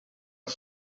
del